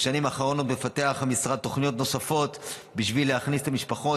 בשנים האחרונות מפתח המשרד תוכניות נוספות בשביל להכניס את המשפחות,